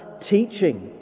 teaching